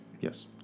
Yes